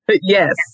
Yes